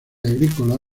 agrícola